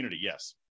yes